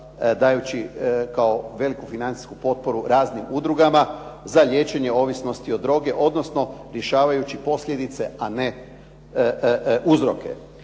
dajući kao veliku financijsku potporu raznim udrugama za liječenje ovisnosti od droge odnosno rješavajući posljedice a ne uzroke.